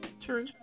True